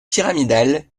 pyramidal